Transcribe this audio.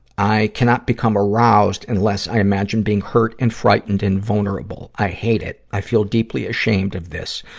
i cannot become aroused unless i imagine being hurt and frightened and vulnerable. i hate it. i feel deeply ashamed of this,